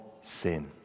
sin